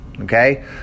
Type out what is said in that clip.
Okay